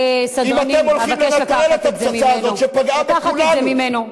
הוא הפצצה והבחירות בישראל הן הפיוז.